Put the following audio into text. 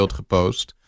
gepost